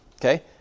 okay